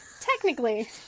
Technically